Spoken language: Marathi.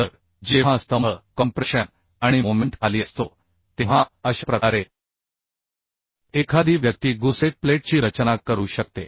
तर जेव्हा स्तंभ कॉम्प्रेशन आणि मोमेंट खाली असतो तेव्हा अशा प्रकारे एखादी व्यक्ती गुसेट प्लेटची रचना करू शकते